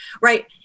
Right